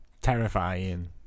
terrifying